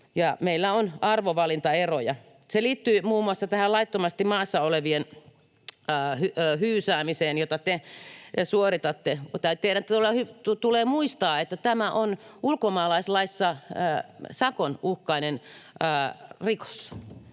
meillä on arvovalintaeroja. Se liittyy muun muassa tähän laittomasti maassa olevien hyysäämiseen, jota te suoritatte. Teidän tulee muistaa, että tämä on ulkomaalaislaissa sakonuhkainen rikos.